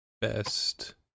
best